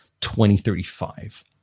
2035